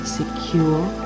secure